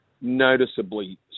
noticeably